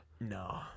No